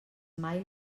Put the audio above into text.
mai